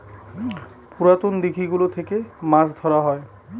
পুরাতন দিঘি গুলো থেকে মাছ ধরা হয়